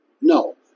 No